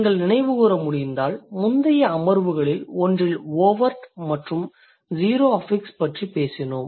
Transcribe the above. நீங்கள் நினைவுகூர முடிந்தால் முந்தைய அமர்வுகளில் ஒன்றில் ஓவர்ட் மற்றும் ஸீரோ அஃபிக்ஸ் பற்றி பேசினோம்